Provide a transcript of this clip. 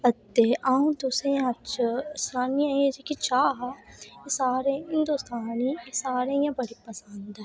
अते अ'ऊं तुसेंई अज्ज सनान्नी आं कि जेह्का चाऽ हा सारे हिंदोस्तान ई